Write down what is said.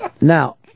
Now